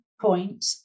point